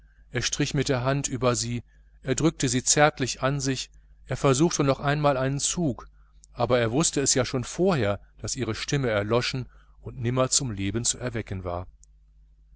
er strich mit der hand über sie er drückte sie zärtlich an sich er probierte noch einmal einen zug aber er wußte es ja schon vorher daß ihre stimme erloschen war und nimmer zum leben zu erwecken nach